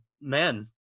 men